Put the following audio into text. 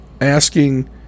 asking